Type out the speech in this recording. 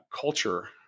culture